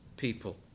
people